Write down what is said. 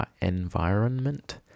environment